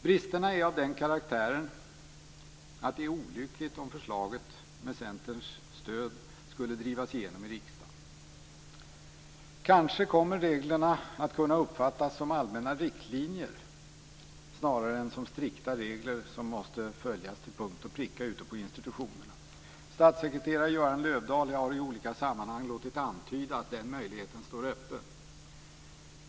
Bristerna är av den karaktären att det är olyckligt om förslaget med Kanske kommer reglerna att kunna uppfattas som allmänna riktlinjer snarare än som strikta regler som måste följas till punkt och pricka ute på institutionerna. Statssekreterare Göran Löfdahl har i olika sammanhang låtit antyda att den möjligheten står öppen.